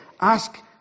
ask